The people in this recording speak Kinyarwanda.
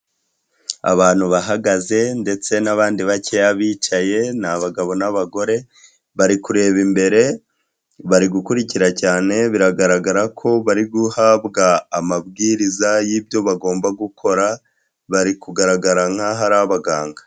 Abantu bahagaze ndetse n'abandi bakeya bicaye, ni abagabo n'abagore bari kureba imbere, bari gukurikira cyane, biragaragara ko bari guhabwa amabwiriza y'ibyo bagomba gukora, bari kugaragara nk'aho ari abaganga.